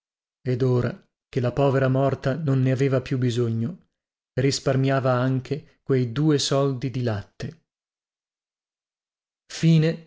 ed ora che la povera morta non ne aveva più bisogno risparmiava anche quei due soldi di latte